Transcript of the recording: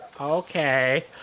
Okay